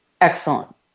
Excellent